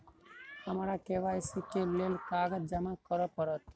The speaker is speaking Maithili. हमरा के.वाई.सी केँ लेल केँ कागज जमा करऽ पड़त?